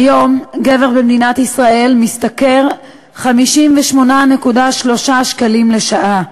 כיום, גבר במדינת ישראל משתכר 58.3 שקלים לשעה,